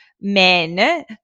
men